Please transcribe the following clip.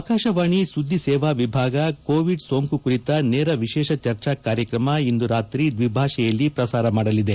ಆಕಾಶವಾಣಿ ಸುದ್ದಿಸೇವಾ ವಿಭಾಗ ಕೋವಿಡ್ ಸೋಂಕು ಕುರಿತ ನೇರ ವಿಶೇಷ ಚರ್ಚಾ ಕಾರ್ಯಕ್ರಮ ಇಂದು ರಾತ್ರಿ ದ್ವಿಭಾಷೆಯಲ್ಲಿ ಪ್ರಸಾರ ಮಾಡಲಿದೆ